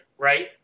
Right